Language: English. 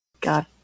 God